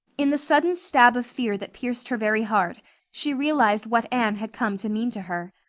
in the sudden stab of fear that pierced her very heart she realized what anne had come to mean to her.